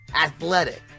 athletic